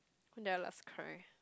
when did I last cry